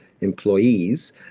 employees